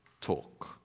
talk